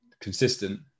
consistent